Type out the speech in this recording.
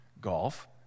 golf